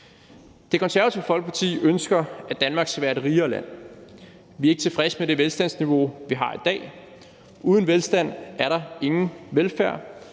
Det Konservative Folkeparti ønsker, at Danmark skal være et rigere land. Vi er ikke tilfredse med det velstandsniveau, vi har i dag. Uden velstand er der ingen velfærd,